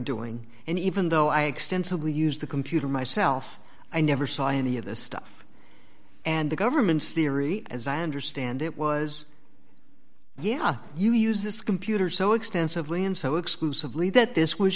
doing and even though i extensively used the computer myself i never saw any of this stuff and the government's theory as i understand it was yeah you use this computer so extensively and so exclusively that